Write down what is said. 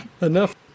enough